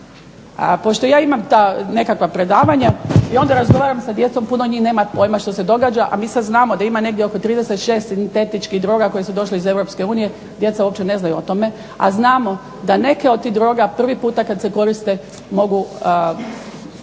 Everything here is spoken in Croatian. Pošto ja imam ta nekakva predavanja i onda razgovaram sa djecom. Puno njih nema pojma što se događa, a mi sad znamo da ima negdje oko 36 sintetičkih droga koje su došle iz Europske unije. Djeca uopće ne znaju o tome, a znamo da neke od tih droga prvi puta kad se koriste mogu